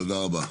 תודה רבה.